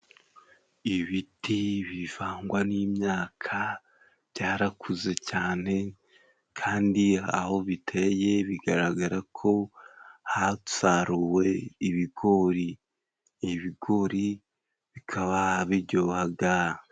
Ibiti bivangwa n'imyaka byarakuze cyane kandi aho biteye bigaragara ko hasaruwe ibigori ibigori bikaba bijyohaga.